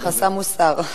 החסם הוסר.